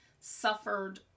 suffered